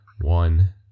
one